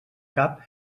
cap